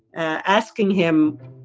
asking him,